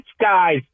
guys